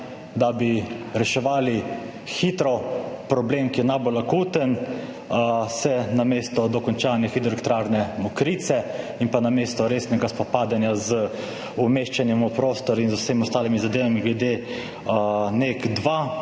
hitro reševali problem, ki je najbolj akuten, se namesto dokončanja Hidroelektrarne Mokrice in namesto resnega spopadanja z umeščanjem v prostor in z vsemi ostalimi zadevami glede NEK2